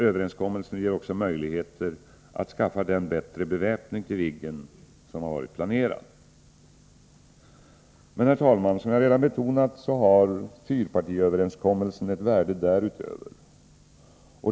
Överenskommelsen ger också möjligheter att skaffa den bättre beväpning till Viggen som har varit planerad. Herr talman! Som jag redan betonat har emellertid fyrpartiöverenskommelsen ett värde därutöver.